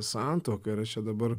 santuokai ir aš čia dabar